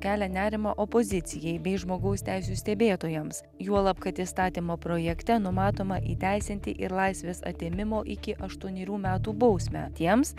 kelia nerimą opozicijai bei žmogaus teisių stebėtojams juolab kad įstatymo projekte numatoma įteisinti ir laisvės atėmimo iki aštuonerių metų bausmę tiems